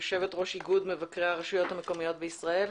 יושבת ראש איגוד מבקרי הרשויות המקומיות בישראל.